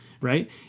right